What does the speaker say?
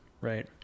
right